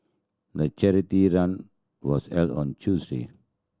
the charity run was held on Tuesday